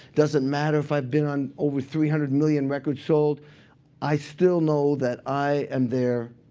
doesn't matter if i've been on over three hundred million records sold i still know that i am there.